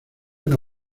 una